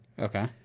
Okay